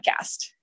podcast